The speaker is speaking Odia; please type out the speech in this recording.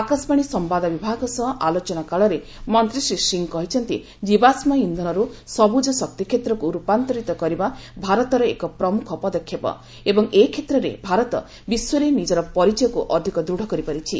ଆକାଶବାଣୀ ସମ୍ଘାଦ ବିଭାଗ ସହ ଆଲୋଚନା କାଳରେ ମନ୍ତ୍ରୀ ଶ୍ରୀ ସିଂହ କହିଛନ୍ତି ଜୀବାସ୍କ ଇନ୍ଧନରୁ ସବୁଜ ଶକ୍ତି କ୍ଷେତ୍ରକୁ ରୂପାନ୍ତରିତ କରିବା ଭାରତର ଏକ ପ୍ରମୁଖ ପଦକ୍ଷେପ ଏବଂ ଏ କ୍ଷେତ୍ରରେ ଭାରତ ବିଶ୍ୱରେ ନିଜର ପରିଚୟକୁ ଅଧିକ ଦୂଢ଼ କରିପାରିଛି